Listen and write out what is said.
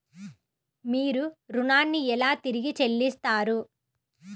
మీరు ఋణాన్ని ఎలా తిరిగి చెల్లిస్తారు?